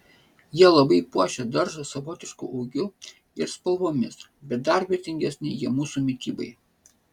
jie labai puošia daržą savotišku ūgiu ir spalvomis bet dar vertingesni jie mūsų mitybai